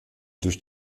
durch